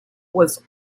was